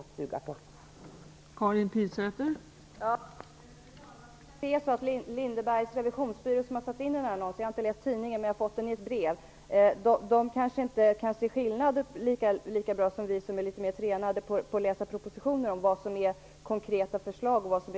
Det kan väl vara något att suga på.